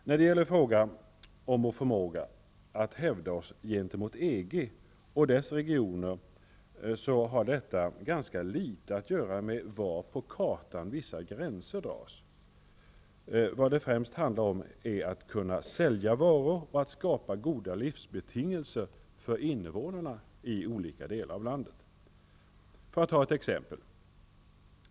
När det gäller frågan om vår förmåga att hävda oss gentemot EG och dess regioner, har detta ganska litet att göra med var på kartan vissa gränser dras. Vad det främst handlar om är att kunna sälja varor och att skapa goda livsbetingelser för invånarna i olika delar av landet. Jag skall ta ett exempel.